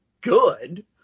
good